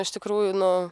iš tikrųjų nu